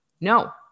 No